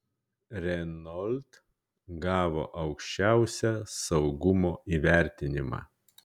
renault gavo aukščiausią saugumo įvertinimą